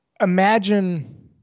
imagine